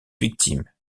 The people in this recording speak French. victimes